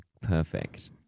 Perfect